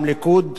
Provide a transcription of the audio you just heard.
גם הליכוד,